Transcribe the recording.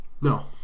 No